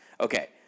okay